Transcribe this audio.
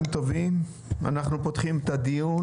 צוהריים טובים, אנחנו פותחים את הדיון